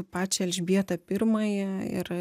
pačią elžbietą pirmąją ir